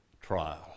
trial